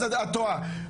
אז את טועה.